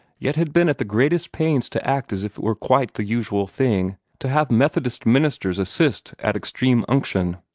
yet had been at the greatest pains to act as if it were quite the usual thing to have methodist ministers assist at extreme unction.